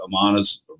Amana's